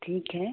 ठीक है